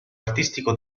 artistico